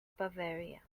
bavaria